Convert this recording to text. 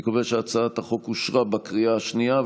אני קובע שהצעת החוק אושרה בקריאה השנייה.